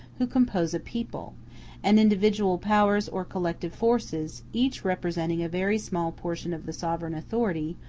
who compose a people and individual powers or collective forces, each representing a very small portion of the sovereign authority,